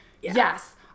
yes